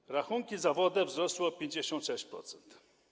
Otóż rachunki za wodę wzrosły o 56%.